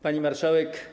Pani Marszałek!